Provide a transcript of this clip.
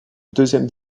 deuxième